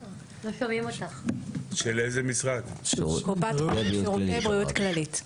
מרכז, קופת חולים, שירותי בריאות כללית.